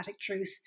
truth